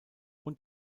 und